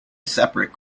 separate